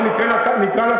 אנחנו נקרא לתחנה